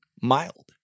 mild